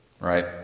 right